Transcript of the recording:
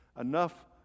enough